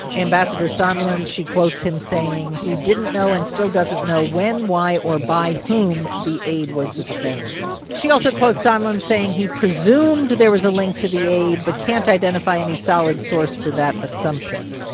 ambassador sondland she quotes him saying he didn't know and still doesn't know when, why or by whom the aid was suspended. she also quotes sondland saying he presumed there was a link to the aid but can't identify any solid source for that assumption,